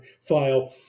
file